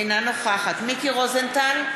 אינה נוכחת מיקי רוזנטל,